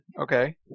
Okay